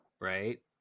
right